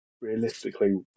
realistically